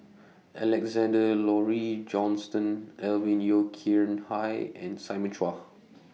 Alexander Laurie Johnston Alvin Yeo Khirn Hai and Simon Chua